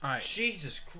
Jesus